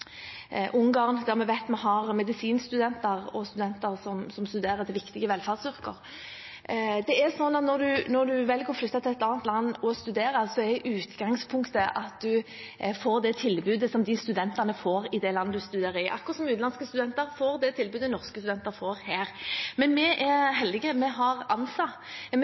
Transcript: der vi vet vi har medisinstudenter og studenter som studerer til viktige velferdsyrker. Når man velger å flytte til et annet land for å studere, er utgangspunktet at man får det tilbudet som studentene i det landet man studerer i, får, akkurat som utenlandske studenter får det tilbudet norske studenter får her. Men vi er heldige, vi har ANSA, vi